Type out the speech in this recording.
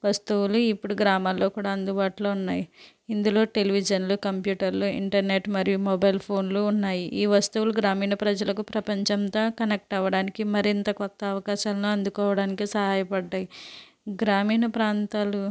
వస్తువులు ఇప్పుడు గ్రామాల్లో కూడా అందుబాటులో ఉన్నాయి ఇందులో టెలివిజన్లు కంప్యూటర్లు ఇంటర్నెట్ మరియు మొబైల్ ఫోన్లు ఉన్నాయి ఈ వస్తువులు గ్రామీణ ప్రజలకు ప్రపంచంతో కనెక్ట్ అవ్వడానికి మరింత కొత్త అవకాశాలను అందుకోవడానికి సహాయపడ్డాయి గ్రామీణ ప్రాంతాలు